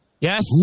Yes